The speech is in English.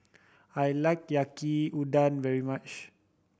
I like Yaki Udon very much